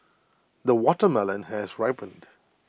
the watermelon has ripened